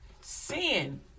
Sin